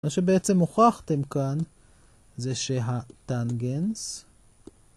מה שבעצם הוכחתם כאן זה שהטנגנס